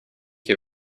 you